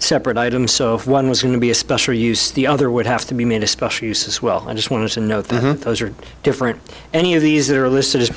separate items so if one was going to be a special use the other would have to be made a special use as well i just want to know that those are different any of these that are listed